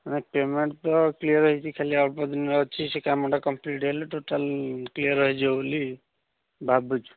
payment ତ clear ହୋଇଛି ଖାଲି ଅଳ୍ପ ଦିନର ଅଛି ସେ କାମଟା କମ୍ପ୍ଲିଟ୍ ହେଲେ ଟୋଟାଲ୍ କ୍ଳିଅର୍ ହୋଇଯିବ ବୋଲି ଭାବୁଛୁ